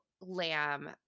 lamb